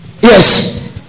Yes